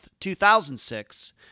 2006